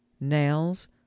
nails